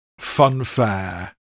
funfair